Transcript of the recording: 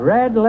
Red